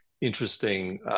interesting